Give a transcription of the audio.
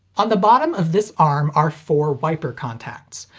on the bottom of this arm are four wiper contacts.